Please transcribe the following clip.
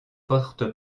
porte